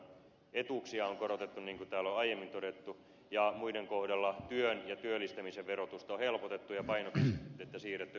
etuuksia on korotettu niin kuin täällä on aiemmin todettu ja muiden kohdalla työn ja työllistämisen verotusta on helpotettu ja painopistettä siirretty ympäristöverotukseen